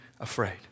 afraid